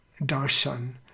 Darshan